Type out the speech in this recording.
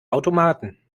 automaten